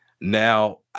Now